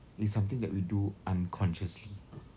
it's something that we do unconsciously